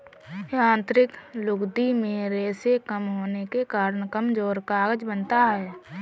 यांत्रिक लुगदी में रेशें कम होने के कारण कमजोर कागज बनता है